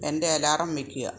എൻ്റെ അലാറം വയ്ക്കുക